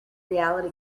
reality